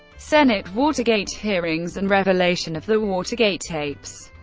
senate watergate hearings and revelation of the watergate tapes